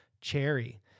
cherry